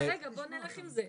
רגע, רגע, בואו נלך עם זה.